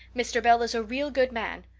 mr. bell is a real good man.